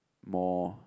more